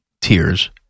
tears